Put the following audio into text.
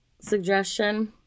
suggestion